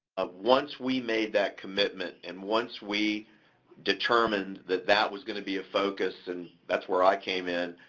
once we made that commitment, and once we determined that that was gonna be a focus, and that's where i came in,